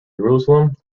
jerusalem